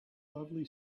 lovely